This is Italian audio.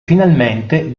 finalmente